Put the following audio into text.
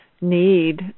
need